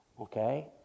Okay